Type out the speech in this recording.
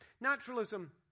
Naturalism